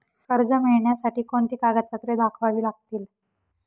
कर्ज मिळण्यासाठी कोणती कागदपत्रे दाखवावी लागतील?